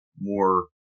more